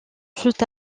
fut